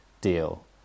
deal